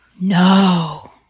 No